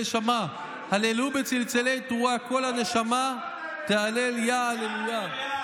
שמע הללוהו בצלצלי תרועה: כל הנשמה תהלל יה הללו יה".